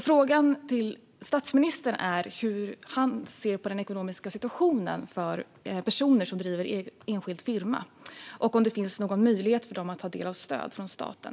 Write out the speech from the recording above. Frågan till statsministern är hur han ser på den ekonomiska situationen för personer som driver enskild firma och om det finns någon möjlighet för dem att ta del av stöd från staten.